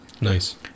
nice